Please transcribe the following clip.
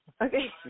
Okay